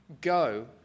go